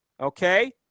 Okay